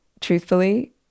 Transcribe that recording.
truthfully